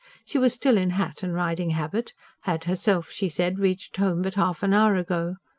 she was still in hat and riding-habit had herself, she said, reached home but half an hour ago.